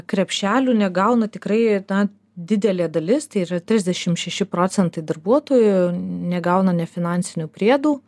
krepšelių negauna tikrai na didelė dalis tai yra trisdešimt šeši procentai darbuotojų negauna nefinansinių priedų